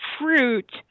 fruit